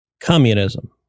Communism